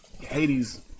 Hades